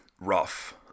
rough